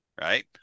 right